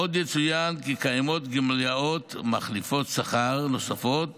עוד יצוין כי קיימות גמלאות מחליפות שכר נוספות